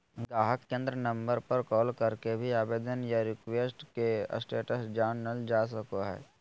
गाहक केंद्र नम्बर पर कॉल करके भी आवेदन या रिक्वेस्ट के स्टेटस जानल जा सको हय